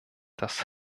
das